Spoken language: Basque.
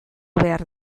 behar